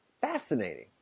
fascinating